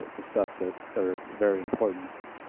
the stuff that are very important,